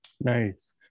Nice